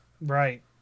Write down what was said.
right